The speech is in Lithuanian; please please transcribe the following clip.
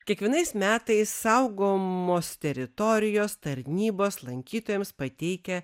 kiekvienais metais saugomos teritorijos tarnybos lankytojams pateikia